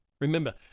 Remember